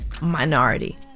minority